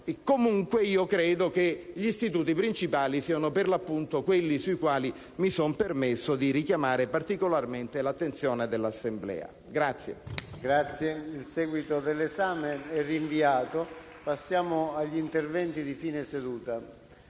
Comunque, io credo che gli istituti principali siano quelli sui quali mi sono permesso di richiamare particolarmente l'attenzione dell'Assemblea.